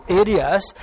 areas